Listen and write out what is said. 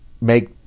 make